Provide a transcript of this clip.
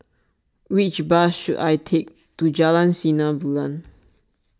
which bus should I take to Jalan Sinar Bulan